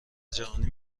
جهانی